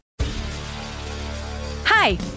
Hi